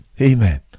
Amen